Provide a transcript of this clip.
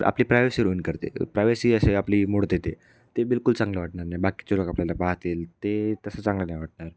आपली प्रायव्हसी न करते प्रायव्हसी अशी आपली मोडते ते बिलकुल चांगलं वाटणार नाही बाकीचे लोक आपल्याला पाहतील ते तसं चांगलं नाही वाटणार